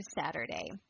Saturday